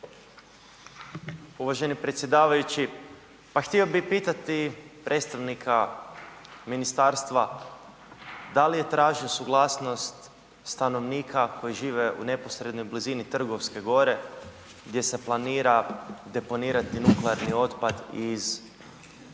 Uvaženi predsjedavajući. Pa htio bih pitati predstavnika ministarstva. Da li je tražio suglasnost stanovnika koji žive u neposrednoj blizini Trgovske gore gdje se planira deponirati nuklearni otpad iz Krškog?